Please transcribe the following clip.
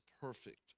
perfect